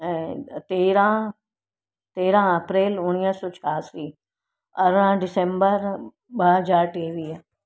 ऐं तेराहं तेराहं अप्रैल उणिवीह सौ छियासी अरिड़हं दिसंबर ॿ हजार टेवीह